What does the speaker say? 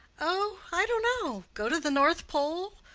oh, i don't know go to the north pole,